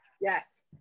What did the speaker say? yes